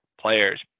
Players